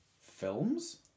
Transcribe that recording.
Films